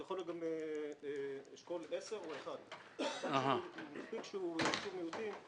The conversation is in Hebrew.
זה יכול להיות גם אשכול 10 או 1. מספיק שהוא יישוב של מיעוטים,